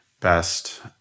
Best